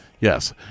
Yes